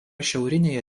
šiaurinėje